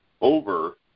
over